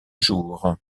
jour